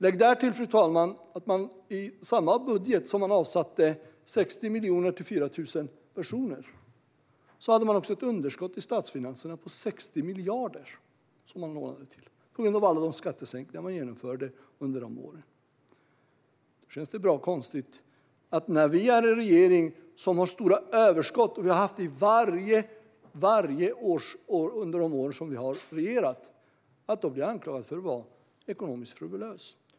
Lägg därtill att i samma budget som man avsatte 60 miljoner kronor till 4 000 personer hade man ett underskott i statsfinanserna på 60 miljarder. Det var på grund av alla skattesänkningarna som genomfördes under de åren. Då känns det bra konstigt att när vi är i regering, med stora överskott varje år vi har regerat, bli anklagade för att vara ekonomiskt frivola.